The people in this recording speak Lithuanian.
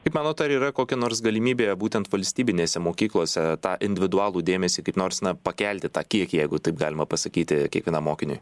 kaip manot ar yra kokia nors galimybė būtent valstybinėse mokyklose tą individualų dėmesį kaip nors na pakelti tą kiek jeigu taip galima pasakyti kiekvienam mokiniui